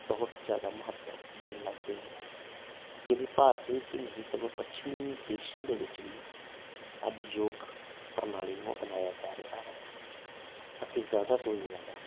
ਬਹੁਤ ਜਿਆਦਾ ਮਹੱਤਵ ਦੇਣ ਲੱਗ ਗਏ ਨੇ ਕੇਵਲ ਭਾਰਤ ਵਿੱਚ ਹੀ ਨਹੀਂ ਸਗੋਂ ਪੱਛਮੀ ਦੇਸ਼ਾਂ ਦੇ ਵਿੱਚ ਵੀ ਅੱਜ ਯੋਗ ਪ੍ਰਣਾਲੀ ਨੂੰ ਅਪਣਾਇਆ ਜਾ ਰਿਹਾ ਹੈ ਅਤੇ ਜ਼ਿਆਦਾ ਤੋਂ ਜ਼ਿਆਦਾ